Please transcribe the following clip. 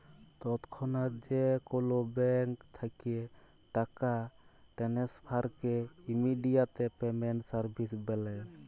তৎক্ষনাৎ যে কোলো ব্যাংক থ্যাকে টাকা টেনেসফারকে ইমেডিয়াতে পেমেন্ট সার্ভিস ব্যলে